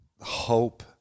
hope